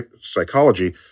psychology